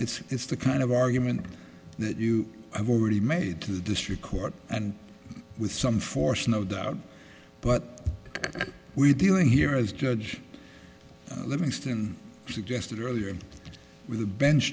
that it's the kind of argument that you have already made to the district court and with some force no doubt but we dealing here as judge livingston suggested earlier with a bench